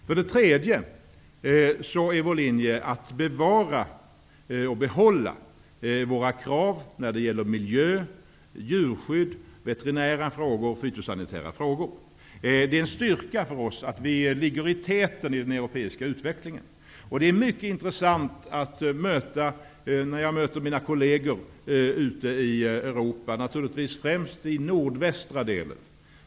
För det tredje är vår linje att bevara och behålla våra krav när det gäller miljö, djurskydd, veterinära frågor och fritidssanitära frågor. Det är en styrka för oss att vi ligger i täten i den europeiska utvecklingen. Det är mycket intressant för mig att möta mina kolleger ute i Europa, naturligtvis främst i den nordvästra delen.